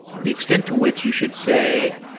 the extent to which you should say,